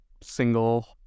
single